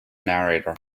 narrator